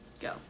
Go